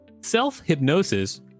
Self-hypnosis